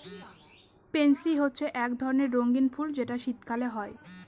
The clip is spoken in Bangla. পেনসি হচ্ছে এক ধরণের রঙ্গীন ফুল যেটা শীতকালে হয়